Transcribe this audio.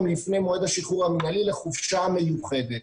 לפני מועד השחרור המנהלי לחופשה מיוחדת.